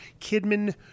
Kidman